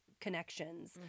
connections